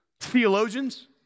theologians